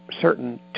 certain